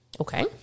Okay